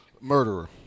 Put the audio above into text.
murderer